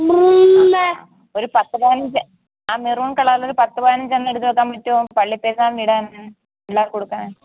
ഒരു പത്ത് പതിനഞ്ച് ആ മെറൂൺ കളറിലെ ഒരു പത്ത് പതിനഞ്ചണ്ണം എടുത്തു വെക്കാൻ പറ്റുമോ പള്ളിപെരുന്നാളിന് ഇടാൻ പിള്ളേർക്ക് ഉടുക്കാൻ